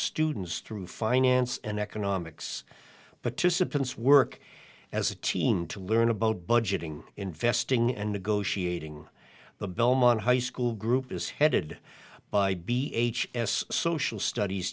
students through finance and economics but disciplines work as a team to learn about budgeting investing and negotiating the belmont high school group is headed by b h s social studies